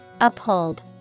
Uphold